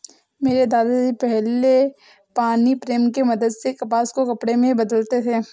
मेरे दादा जी पहले पानी प्रेम की मदद से कपास को कपड़े में बदलते थे